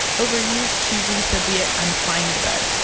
overused, cheesy so be it. i'm fine with it.